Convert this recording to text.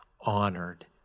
honored